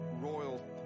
royal